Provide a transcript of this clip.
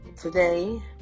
today